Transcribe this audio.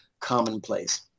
commonplace